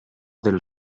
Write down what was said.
del